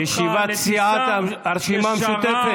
ישיבת סיעת הרשימה המשותפת.